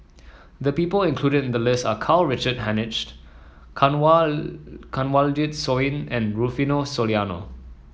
the people included in the list are Karl Richard Hanitsch Kanwaljit Soin and Rufino Soliano